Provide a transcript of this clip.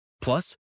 Plus